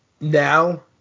now